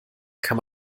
kann